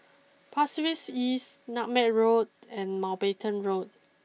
Pasir Ris East Nutmeg Road and Mountbatten Road